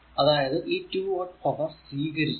അതായതു ഈ 2 watt power സ്വീകരിച്ചു